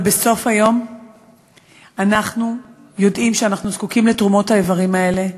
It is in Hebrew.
אבל בסוף היום אנחנו יודעים שאנחנו זקוקים לתרומות האיברים האלה,